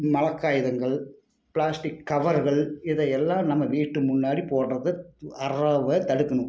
மழை காகிதங்கள் ப்ளாஸ்டிக் கவர்கள் இதை எல்லாம் நம்ம வீட்டு முன்னாடி போடுறத அறவே தடுக்கணும்